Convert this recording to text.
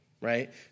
right